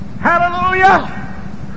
Hallelujah